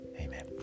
amen